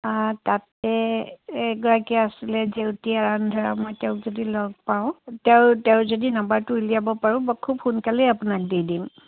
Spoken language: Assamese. তাত তাতে এগৰাকী আছিলে জেউতী আৰন্ধৰা মই তেওঁক যদি লগ পাওঁ তেওঁৰ তেওঁৰ যদি নম্বৰটো ওলিয়াব পাৰোঁ মই খুব সোনকালেই আপোনাক দি দিম